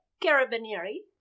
Carabinieri